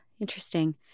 Interesting